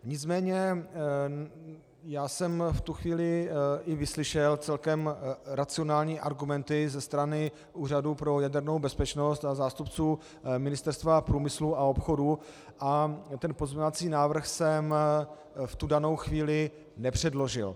Nicméně jsem v tu chvíli vyslyšel i celkem racionální argumenty ze strany Úřadu pro jadernou bezpečnost a zástupců Ministerstva průmyslu a obchodu a pozměňovací návrh jsem v danou chvíli nepředložil.